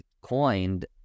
coined